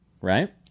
right